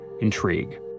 intrigue